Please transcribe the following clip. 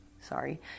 sorry